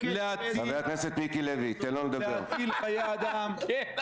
(חבר הכנסת מיקי לוי מוחא כפיים) מגיע לה מחיאות כפיים.